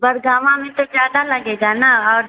बरगामा में तो ज़्यादा लगेगा न और